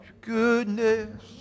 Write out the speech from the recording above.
goodness